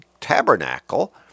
tabernacle